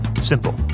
Simple